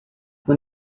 when